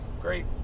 great